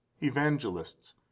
evangelists